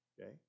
okay